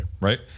right